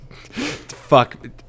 fuck